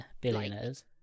billionaires